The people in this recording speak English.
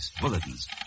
bulletins